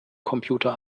computer